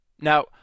Now